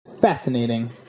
Fascinating